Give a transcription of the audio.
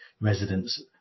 residents